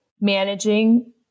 managing